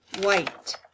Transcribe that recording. white